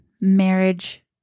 marriage